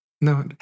No